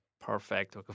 perfect